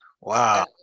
wow